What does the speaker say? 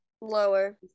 Lower